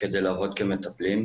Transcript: כדי לעבוד כמטפלים.